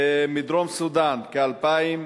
מדרום-סודן כ-2,000,